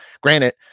granted